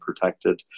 protected